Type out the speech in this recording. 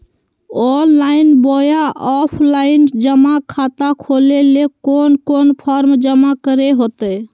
Online बोया offline जमा खाता खोले ले कोन कोन फॉर्म जमा करे होते?